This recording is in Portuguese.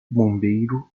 bombeiro